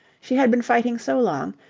she had been fighting so long,